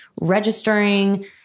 registering